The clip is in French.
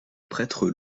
prêtre